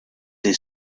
his